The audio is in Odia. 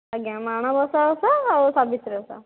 ଆଜ୍ଞା ମାଣବସା ଓଷା ଆଉ ସାବିତ୍ରୀ ଓଷା